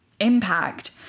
impact